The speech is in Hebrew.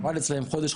עבד אצלם חודש,